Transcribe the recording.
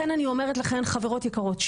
לכן אני אומרת לכן חברות יקרות,